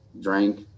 drank